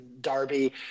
Darby